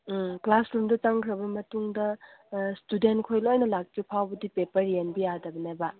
ꯎꯝ ꯀ꯭ꯂꯥꯁꯔꯨꯝꯗ ꯆꯪꯈ꯭ꯔꯕ ꯃꯇꯨꯡꯗ ꯁ꯭ꯇꯨꯗꯦꯟ ꯈꯣꯏ ꯂꯣꯏꯅ ꯂꯥꯛꯇ꯭ꯔꯤꯐꯥꯎꯕꯗꯤ ꯄꯦꯄꯔ ꯌꯦꯟꯕ ꯌꯥꯗꯕꯅꯦꯕ